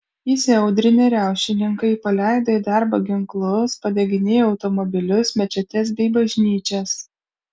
įsiaudrinę riaušininkai paleido į darbą ginklus padeginėjo automobilius mečetes bei bažnyčias